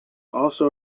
also